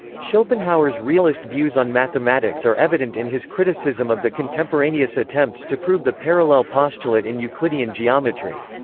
schopenhauer's realist views on mathematics are evident in his criticism of the contemporaneous attempts to prove the parallel postulate in euclidean geometry.